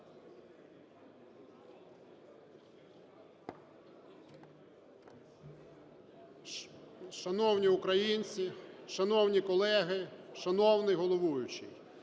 Шановні українці! Шановні колеги! Шановний головуючий!